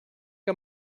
que